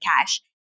cash